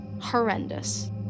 horrendous